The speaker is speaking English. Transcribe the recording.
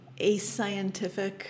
ascientific